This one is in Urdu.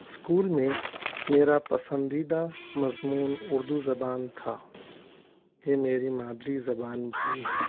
اسکول میں میرا پسندیدہ مضمون اردو زبان تھا یہ میری مادری زبان بھی ہے